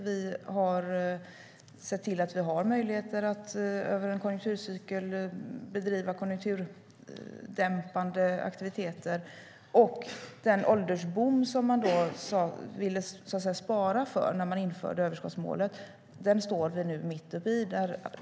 Vi har sett till att vi har möjligheter att över en konjunkturcykel bedriva konjunkturdämpande aktiviteter. Den åldersboom som man ville spara för när man införde överskottsmålet står vi nu mitt uppe i.